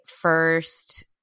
first